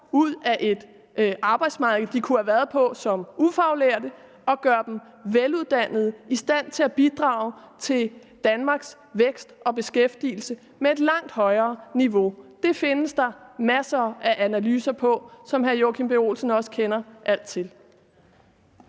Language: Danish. ud af et arbejdsmarked, de kunne have været på som ufaglærte, og gør dem veluddannede og i stand til at bidrage til Danmarks vækst og beskæftigelse på et langt højere niveau. Det findes der masser af analyser af, som hr. Joachim B. Olsen også kender alt til.